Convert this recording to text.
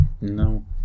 No